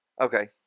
Okay